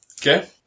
Okay